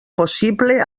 possible